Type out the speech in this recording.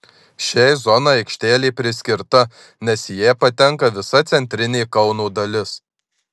šiai zonai aikštelė priskirta nes į ją patenka visa centrinė kauno dalis